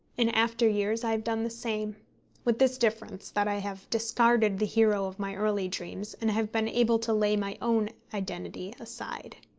in after years i have done the same with this difference, that i have discarded the hero of my early dreams, and have been able to lay my own identity aside.